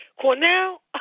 Cornell